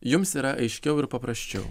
jums yra aiškiau ir paprasčiau